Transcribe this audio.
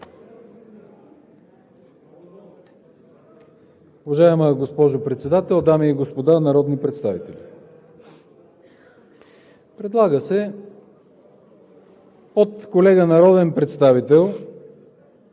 Уважаема госпожо Председател, дами и господа народни представители! Предлага се от колега народен представител,